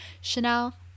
Chanel